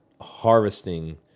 harvesting